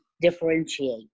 differentiate